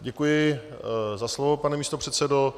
Děkuji za slovo, pane místopředsedo.